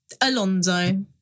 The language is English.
Alonso